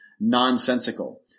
nonsensical